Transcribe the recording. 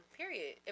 period